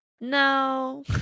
no